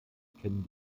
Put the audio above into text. kennen